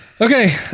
okay